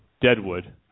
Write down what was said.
Deadwood